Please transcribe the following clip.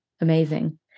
Amazing